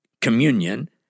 communion